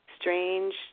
strange